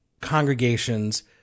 congregations